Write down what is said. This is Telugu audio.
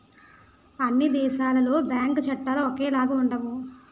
అన్ని దేశాలలో బ్యాంకు చట్టాలు ఒకేలాగా ఉండవు